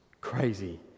crazy